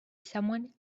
someone